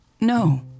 No